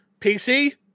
PC